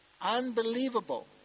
unbelievable